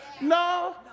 No